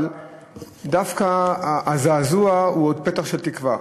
אבל דווקא הזעזוע הוא עוד פתח של תקווה,